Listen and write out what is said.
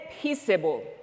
peaceable